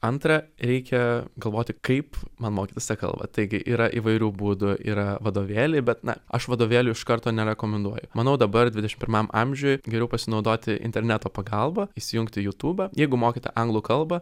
antra reikia galvoti kaip man mokytis tą kalbą taigi yra įvairių būdų yra vadovėliai bet na aš vadovėlių iš karto nerekomenduoju manau dabar dvidešim pirmam amžiuj geriau pasinaudoti interneto pagalba įsijungti jutubąyoutube jeigu mokate anglų kalbą